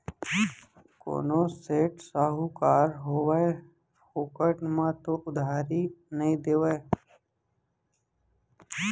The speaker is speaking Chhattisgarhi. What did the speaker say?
कोनो सेठ, साहूकार होवय फोकट म तो उधारी नइ देवय